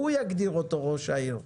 שהוא יגדיר אותו ראש העיר,